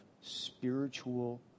spiritual